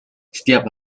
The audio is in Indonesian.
setiap